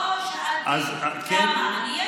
לא שאלתי כמה.